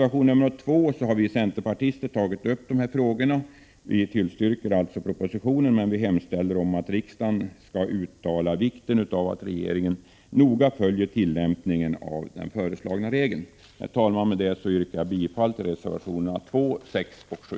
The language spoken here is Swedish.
Vi centerpartister tillstyrker propositionen, men vi har i reservation 2 hemställt om att riksdagen skall uttala vikten av att regeringen noga följer tillämpningen av den föreslagna regeln. Herr talman! Jag yrkar bifall till reservationerna 2, 6 och 7.